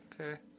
okay